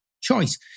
choice